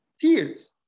tears